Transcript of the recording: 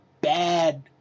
bad